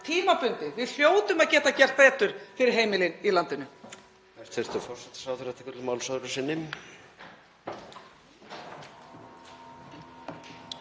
hringir.) Við hljótum að geta gert betur fyrir heimilin í landinu.